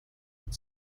had